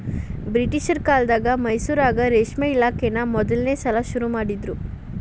ಬ್ರಿಟಿಷರ ಕಾಲ್ದಗ ಮೈಸೂರಾಗ ರೇಷ್ಮೆ ಇಲಾಖೆನಾ ಮೊದಲ್ನೇ ಸಲಾ ಶುರು ಮಾಡಿದ್ರು